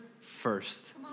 first